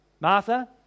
martha